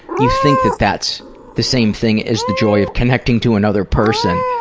you think that that's the same thing as the joy of connecting to another person,